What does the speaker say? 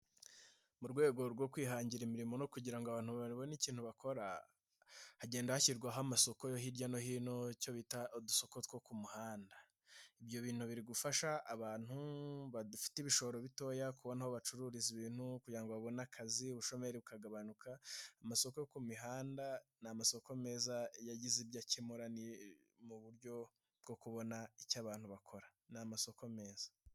Mu rwego rwo kwihangira imirimo no kugira ngo abantu babone ikintu bakora, hagenda hashyirwaho amasoko yo hirya no hino icyo bita udusoko two ku muhanda. Ibyo bintu biri gufasha abantu bagifite ibishoro bitoya kubona aho bacururiza ibintu kugira babone akazi ubushomeri kagabanuka, amasoko ku mihanda ni amasoko meza iyo agize ibyo akemura mu buryo bwo kubona icyo abantu bakora n' amasosoko meza.